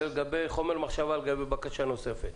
זה חומר למחשבה לגבי בקשה נוספת.